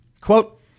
Quote